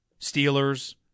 Steelers